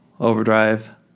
Overdrive